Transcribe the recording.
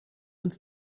uns